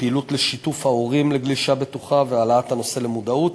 פעילות לשיתוף ההורים לגלישה בטוחה והעלאת הנושא למודעות.